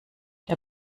der